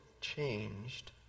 changed